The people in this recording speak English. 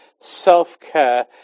self-care